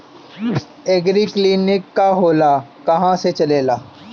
एगरी clinic का होला कहवा से चलेँला?